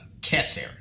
keser